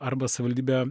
arba savivaldybė